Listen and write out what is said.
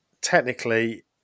technically